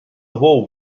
bou